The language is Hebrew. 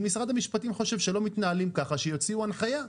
אם משרד המשפטים חושב שלא מתנהלים ככה שיוציאו הנחייה.